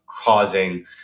causing